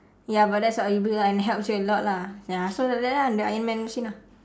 ya but that's what you build lah and helps you a lot lah ya so like that lah the ironman machine ah